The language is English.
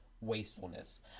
wastefulness